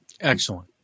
Excellent